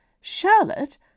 Charlotte